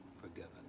forgiven